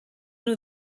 nhw